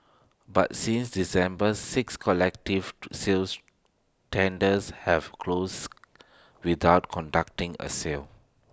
but since December six collective sales tenders have closed without conducting A sale